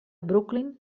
brooklyn